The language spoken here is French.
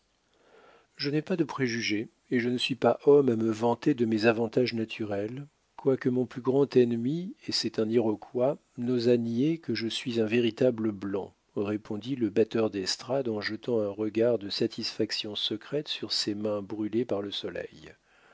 je n'ai pas de préjugés et je ne suis pas homme à me vanter de mes avantages naturels quoique mon plus grand ennemi et c'est un iroquois n'osât nier que je suis un véritable blanc répondit le batteur d'estrade en jetant un regard de satisfaction secrète sur ses mains brûlées par le soleil